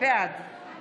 בעד